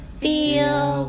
feel